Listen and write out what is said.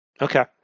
Okay